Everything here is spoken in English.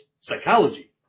psychology